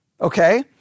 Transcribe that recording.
Okay